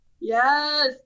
Yes